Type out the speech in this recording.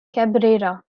cabrera